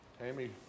Amy